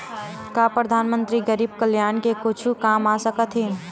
का परधानमंतरी गरीब कल्याण के कुछु काम आ सकत हे